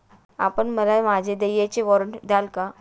आपण मला माझे देयचे वॉरंट द्याल का?